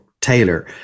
Taylor